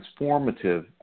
transformative